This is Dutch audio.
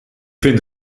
vind